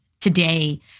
today